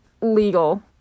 legal